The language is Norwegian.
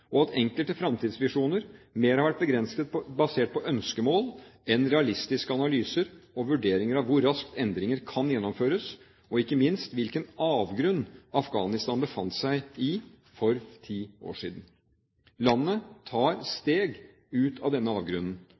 og at enkelte fremtidsvisjoner mer har vært basert på ønskemål enn realistiske analyser og vurderinger av hvor raskt endringer kan gjennomføres, og ikke minst hvilken avgrunn Afghanistan befant seg i for ti år siden. Landet tar steg ut av denne avgrunnen,